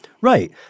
Right